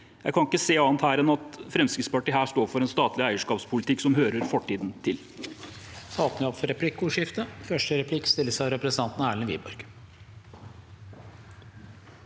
Jeg kan ikke se annet enn at Fremskrittspartiet her står for en statlig eierskapspolitikk som hører fortiden til.